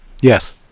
Yes